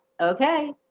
Okay